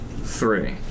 Three